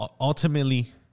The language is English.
ultimately